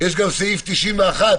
יש גם סעיף 91,